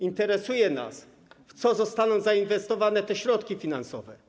Interesuje nas, w co zostaną zainwestowane te środki finansowe: